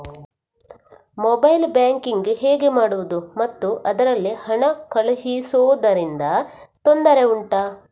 mobile banking ಹೇಗೆ ಮಾಡುವುದು ಮತ್ತು ಅದರಲ್ಲಿ ಹಣ ಕಳುಹಿಸೂದರಿಂದ ತೊಂದರೆ ಉಂಟಾ